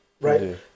right